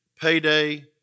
payday